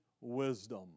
wisdom